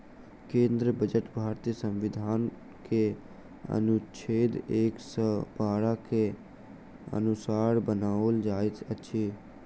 केंद्रीय बजट भारतीय संविधान के अनुच्छेद एक सौ बारह के अनुसार बनाओल जाइत अछि